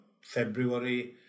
February